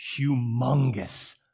humongous